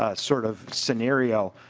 ah sort of scenario.